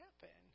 happen